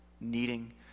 needing